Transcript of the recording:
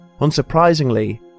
Unsurprisingly